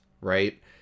right